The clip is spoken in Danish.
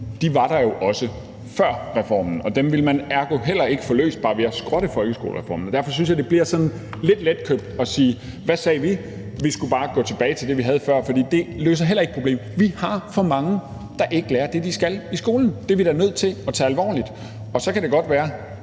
var der før reformen, og dem ville man – ergo – heller ikke få løst bare ved at skrotte folkeskolereformen. Derfor synes jeg, at det bliver sådan lidt letkøbt at sige: Hvad sagde vi! Vi skulle bare være gået tilbage til det, vi havde før. For det løser heller ikke problemet. Vi har for mange, der ikke lærer det, de skal, i skolen. Det er vi da nødt til at tage alvorligt. Så kan det godt være,